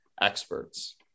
experts